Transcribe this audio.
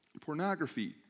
pornography